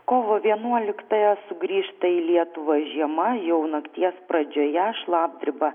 kovo vienuoliktąją sugrįžta į lietuvą žiema jau nakties pradžioje šlapdribą